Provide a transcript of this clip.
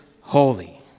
holy